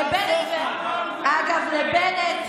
אגב, לבנט,